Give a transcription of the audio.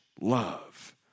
love